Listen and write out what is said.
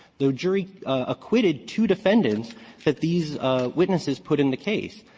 the jury acquitted two defendants that these witnesses put in the case.